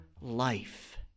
life